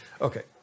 Okay